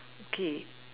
okay